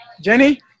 Jenny